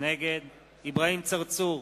נגד אברהים צרצור,